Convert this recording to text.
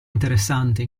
interessanti